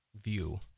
view